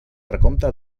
recompte